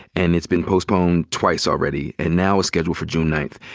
and it's been postponed twice already and now is scheduled for june ninth.